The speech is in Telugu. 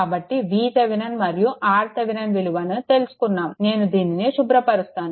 కాబట్టి VThevenin మరియు RThevenin విలువను తెలుసుకున్నాము నేను దీనిని శుభ్రపరుస్తాను